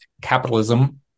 capitalism